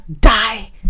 die